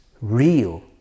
real